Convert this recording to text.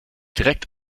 direkt